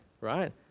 right